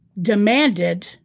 demanded